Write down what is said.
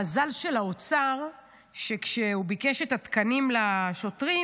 המזל של האוצר הוא שכשהוא ביקש את התקנים לשוטרים,